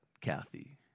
Kathy